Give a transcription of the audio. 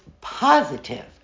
positive